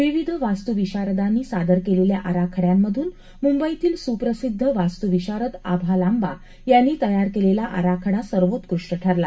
विविध वास्तुविशारदांनी सादर केलेल्या आराखड्यांमधून मुंबईतील सुप्रसिध्द वास्तुविशारद आभा लांबा यांनी तयार केलेला आराखडा सर्वोत्कृष्ट ठरला